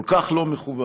כל כך לא מכובד.